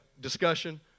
discussion